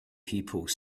people